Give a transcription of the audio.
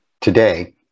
today